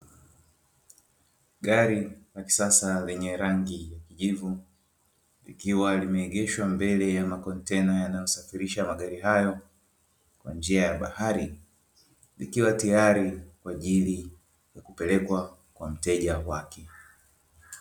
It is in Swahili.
Gari la kisasa lenye rangi ya kijivu, likiwa limeegeshwa mbele ya makontena yanayosaafirisha magari hayo kwa njia ya bahari, likiwa tayari kwa ajili ya kupelekwa kwa mteja wake.